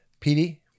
PD